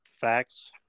facts